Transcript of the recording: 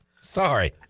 Sorry